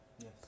Yes